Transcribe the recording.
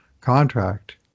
contract